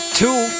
two